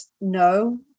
no